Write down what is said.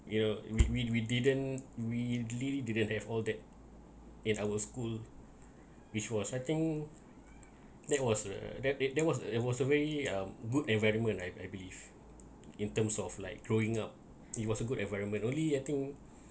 you we we we didn't we really didn't have all that in our school which was I think that was uh that that was it was a very um good environment I I believe in terms of like growing up it was a good environment only I think